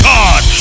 God